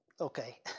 okay